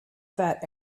fat